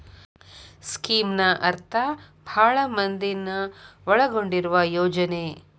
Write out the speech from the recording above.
ಸ್ಕೇಮ್ನ ಅರ್ಥ ಭಾಳ್ ಮಂದಿನ ಒಳಗೊಂಡಿರುವ ಯೋಜನೆ